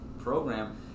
program